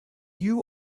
you